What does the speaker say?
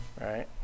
right